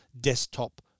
desktop